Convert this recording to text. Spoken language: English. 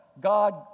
God